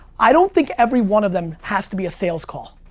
i don't think every one of them has to be a sales call.